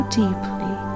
deeply